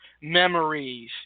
memories